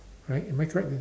right am I correct